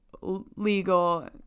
legal